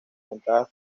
ventajas